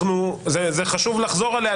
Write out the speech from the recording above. חשוב לחזור עליה,